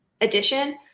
addition